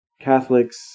Catholics